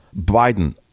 biden